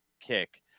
kick